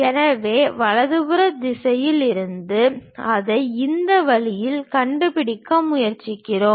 எனவே வலதுபுற திசையில் இருந்து அதை இந்த வழியில் கண்டுபிடிக்க முயற்சிக்கிறோம்